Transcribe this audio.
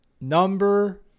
Number